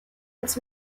als